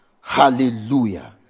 Hallelujah